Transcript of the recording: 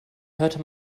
hörte